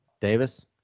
Davis